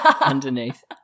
underneath